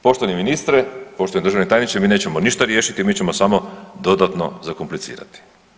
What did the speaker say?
Poštovani ministre, poštovani državni tajniče mi nećemo ništa riješiti, mi ćemo samo dodatno zakomplicirati.